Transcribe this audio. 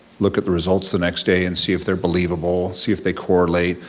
look at the results the next day and see if they're believable, see if they correlate,